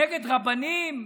נגד רבנים?